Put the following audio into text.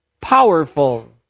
powerful